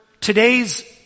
today's